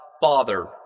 Father